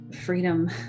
freedom